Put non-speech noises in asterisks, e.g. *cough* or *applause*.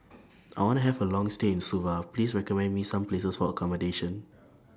*noise* I want to Have A Long stay in Suva Please recommend Me Some Places For accommodation *noise*